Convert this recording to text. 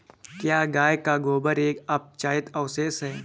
क्या गाय का गोबर एक अपचित अवशेष है?